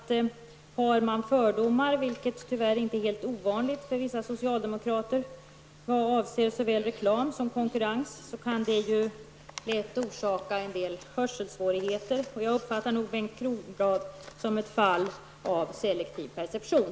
Men har man fördomar, vilket tyvärr inte är helt ovanligt för vissa socialdemokrater, vad avser såväl reklam som konkurrens, så kan det lätt orsaka en del hörselsvårigheter. Jag uppfattar nog Bengt Kronblad som ett fall av selektiv perception.